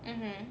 mmhmm